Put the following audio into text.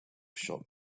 shop